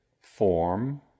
form